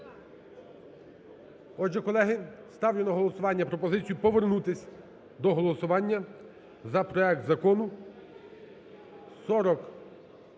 Отже, колеги, ставлю на голосування пропозицію повернутись до голосування за проект закону 4924.